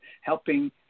helping